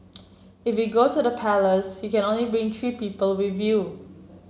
if you go to the palace you can only bring three people with you